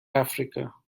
africa